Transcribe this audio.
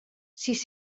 sis